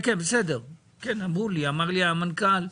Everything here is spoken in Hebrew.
כן, אמר לי המנכ"ל,